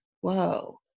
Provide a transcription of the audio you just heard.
Whoa